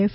F